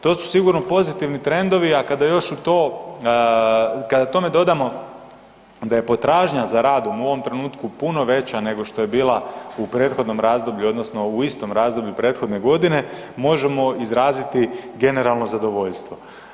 To su sigurno pozitivni trendovi, a kada još u to, kada tome dodamo da je potražnja za radom u ovom trenutku puno veća nego što je bila u prethodnom razdoblju odnosno u istom razdoblju prethodne godine možemo izraziti generalno zadovoljstvo.